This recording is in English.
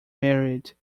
married